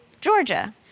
Georgia